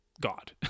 god